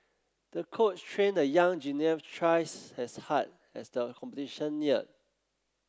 the coach trained the young gymnast twice as hard as the competition neared